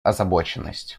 озабоченность